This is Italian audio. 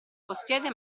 possiede